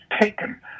taken